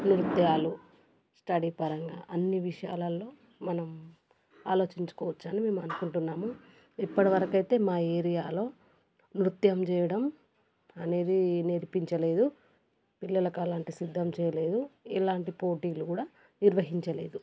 నృత్యాలు స్టడీ పరంగా అన్ని విషయాలల్లో మనం ఆలోచించుకోవచ్చు అని మేము అనుకుంటున్నాము ఇప్పటివరకైతే మా ఏరియాలో నృత్యం చెయ్యడం అనేది నేర్పించలేదు పిల్లలకు అలాంటివి సిద్ధం చెయ్యలేదు ఎలాంటి పోటీలు కూడా నిర్వహించలేదు